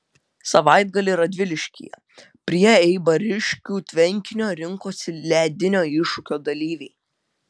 savaitgalį radviliškyje prie eibariškių tvenkinio rinkosi ledinio iššūkio dalyviai